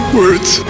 words